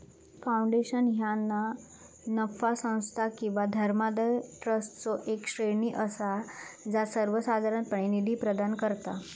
foundation ह्या ना नफा संस्था किंवा धर्मादाय ट्रस्टचो येक श्रेणी असा जा सर्वोसाधारणपणे निधी प्रदान करता